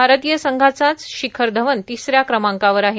भारतीय संघाचाच शिखर धवन तिसऱ्या क्रमांकावर आहे